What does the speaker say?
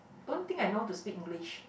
don't think I know how to speak English